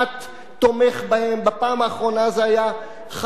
בפעם האחרונה זה היה חמישה לעומת ארבעה,